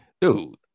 Dude